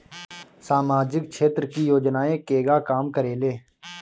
सामाजिक क्षेत्र की योजनाएं केगा काम करेले?